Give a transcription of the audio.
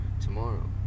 tomorrow